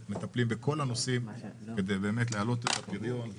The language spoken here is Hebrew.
מטפלים בכל הנושאים כדי להעלות את הפריון.